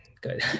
good